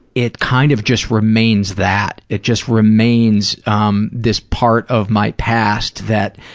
it kind of just remains that. it just remains um this part of my past that,